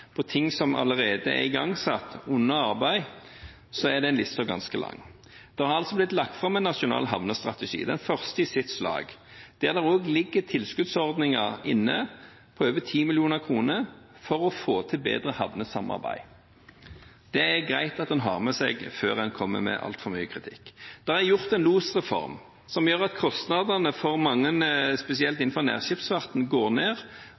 ting som allerede er igangsatt og under arbeid, blir listen ganske lang. Det er altså blitt lagt fram en nasjonal havnestrategi, den første i sitt slag. Der ligger det også inne tilskuddsordninger på over 10 mill. kr for å få til et bedre havnesamarbeid. Det er det greit å ha med seg før en kommer med altfor mye kritikk. Det er gjort en losreform som gjør at kostnadene for mange, spesielt innenfor nærskipsfarten, går ned,